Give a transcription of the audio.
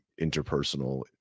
interpersonal